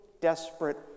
desperate